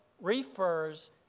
refers